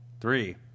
three